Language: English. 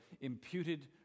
imputed